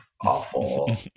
Awful